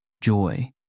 joy